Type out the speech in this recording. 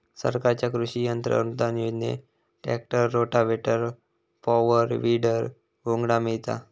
सरकारच्या कृषि यंत्र अनुदान योजनेत ट्रॅक्टर, रोटावेटर, पॉवर, वीडर, घोंगडा मिळता